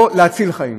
או להציל חיים.